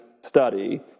study